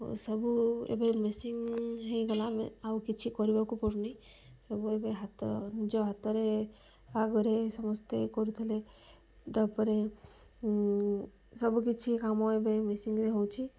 ଓ ସବୁ ଏବେ ମେସିନ୍ ହେଇଗଲା ଆମେ ଆଉ କିଛି କରିବାକୁ ପଡ଼ୁନି ସବୁ ଏବେ ହାତ ନିଜ ହାତରେ ଆଗରେ ସମସ୍ତେ କରୁଥିଲେ ତା'ପରେ ସବୁ କିଛି କାମ ଏବେ ମେସିନ୍ରେ ହେଉଛି